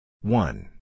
one